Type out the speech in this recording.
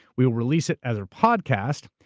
we will release it as a podcast.